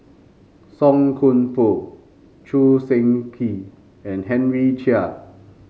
Song Koon Poh Choo Seng Quee and Henry Chia